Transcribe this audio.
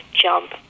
jump